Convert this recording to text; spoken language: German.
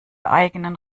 eigenen